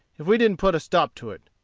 if we didn't put a stop to it.